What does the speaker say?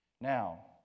now